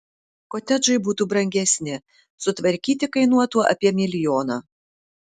kotedžai būtų brangesni sutvarkyti kainuotų apie milijoną